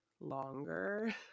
longer